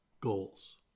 goals